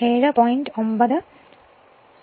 9 X L 5